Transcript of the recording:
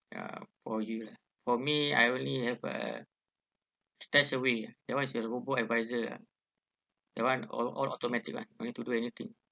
ya for you lah for me I only have uh stashaway that one is a robo advisor lah that one all all automatic lah no need to do anything